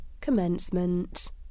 Commencement